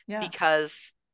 because-